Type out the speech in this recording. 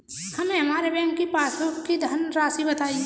हमें हमारे बैंक की पासबुक की धन राशि बताइए